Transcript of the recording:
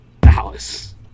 Dallas